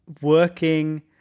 working